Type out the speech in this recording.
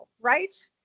right